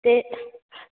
ते